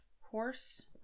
horse